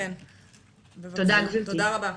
תודה רבה.